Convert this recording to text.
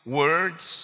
words